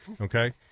Okay